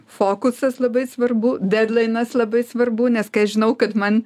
fokusas labai svarbu dedlainas labai svarbu nes kai aš žinau kad man